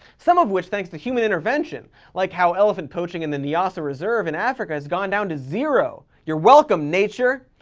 some of which thanks to human intervention, like how elephant poaching in the niassa reserve in africa has gone down to zero. you're welcome, nature.